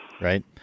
Right